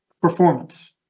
performance